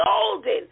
golden